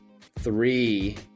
three